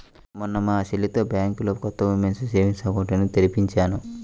మొన్న మా చెల్లితో బ్యాంకులో కొత్త ఉమెన్స్ సేవింగ్స్ అకౌంట్ ని తెరిపించాను